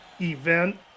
event